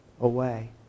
away